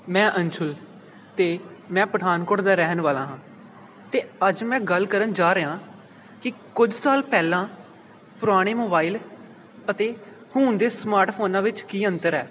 ਮੈਂ ਅੰਸ਼ੁਲ ਅਤੇ ਮੈਂ ਪਠਾਨਕੋਟ ਦਾ ਰਹਿਣ ਵਾਲਾ ਹਾਂ ਅਤੇ ਅੱਜ ਮੈਂ ਗੱਲ ਕਰਨ ਜਾ ਰਿਹਾ ਕਿ ਕੁਝ ਸਾਲ ਪਹਿਲਾਂ ਪੁਰਾਣੇ ਮੋਬਾਈਲ ਅਤੇ ਹੁਣ ਦੇ ਸਮਾਰਟ ਫੋਨਾਂ ਵਿੱਚ ਕੀ ਅੰਤਰ ਹੈ